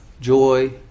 joy